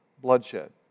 bloodshed